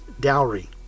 dowry